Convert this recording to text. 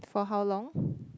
for how long